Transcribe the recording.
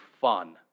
fun